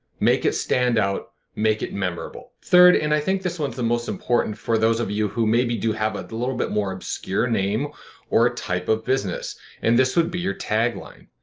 make it stand out, make it memorable. third, and i think this one's the most important for those of you who maybe do have a little bit more obscure name or a type of business and this would be your tagline.